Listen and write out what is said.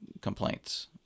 complaints